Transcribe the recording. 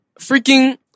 freaking